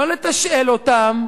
לא לתשאל אותם,